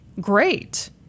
great